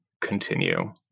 continue